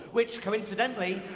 which, coincidentally.